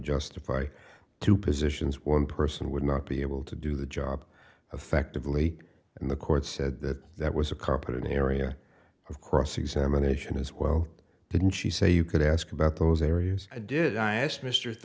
justify two positions one person would not be able to do the job affectively and the court said that that was a carpet an area of cross examination as well didn't she say you could ask about those areas i did i asked mr